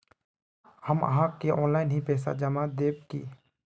हम आहाँ के ऑनलाइन ही पैसा जमा देब की?